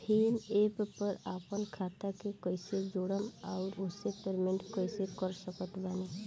Bhim app पर आपन खाता के कईसे जोड़म आउर ओसे पेमेंट कईसे कर सकत बानी?